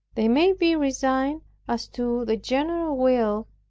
they may be resigned as to the general will,